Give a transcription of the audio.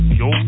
yo